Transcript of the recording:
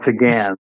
again